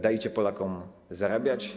Dajcie Polakom zarabiać.